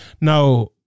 now